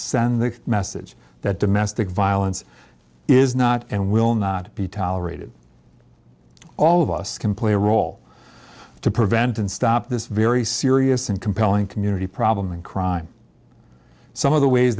send the message that domestic violence is not and will not be tolerated all of us can play a role to prevent and stop this very serious and compelling community problem in crime some of the ways